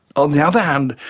on the other hand,